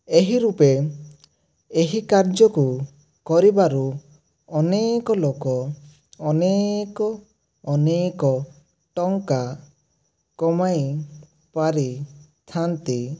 ଏହି ରୂପେ ଏହି କାର୍ଯ୍ୟକୁ କରିବାରୁ ଅନେକ ଲୋକ ଅନେକ ଅନେକ ଟଙ୍କା କମାଇ ପରିଥାନ୍ତି